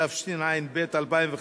התשע"ב 2011,